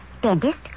Dentist